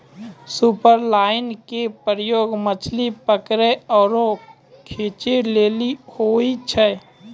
superline के प्रयोग मछली पकरै आरु खींचै लेली होय छै